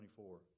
24